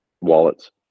wallets